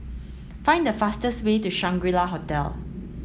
find the fastest way to Shangri La Hotel